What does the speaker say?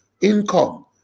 income